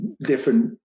different